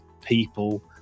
people